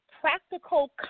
practical